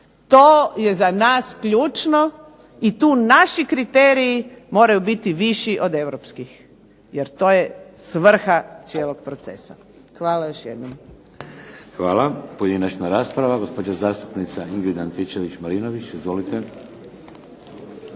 To je za nas ključno i tu naši kriteriji moraju biti viši od europskih, jer to je svrha cijelog procesa. Hvala još jednom. **Šeks, Vladimir (HDZ)** Hvala. Pojedinačna rasprava. Gospođa zastupnica Ingrid Antičević-Marinović. Izvolite.